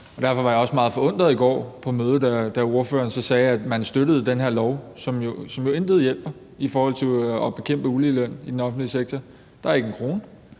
derfor blev jeg også meget forundret, da ordføreren på mødet i går så sagde, at man støttede det her lovforslag, som jo intet hjælper i forhold til at bekæmpe uligeløn i den offentlige sektor. Der er ikke en krone.